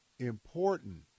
important